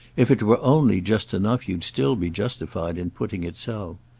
if it were only just enough you'd still be justified in putting it so!